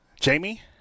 Jamie